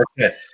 Okay